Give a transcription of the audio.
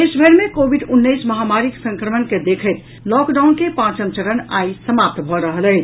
देशभरि मे कोविड उन्नैस महामारीक संक्रमण के देखैत लॉकडाउन के पांचम चरण आइ समाप्त भऽ रहल अछि